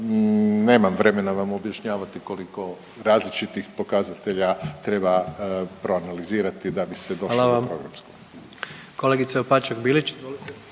Nemam vremena vam objašnjavati koliko različitih pokazatelja treba proanalizirati da bi se došlo …/Upadica: Hvala vam./… do toga.